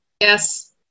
Yes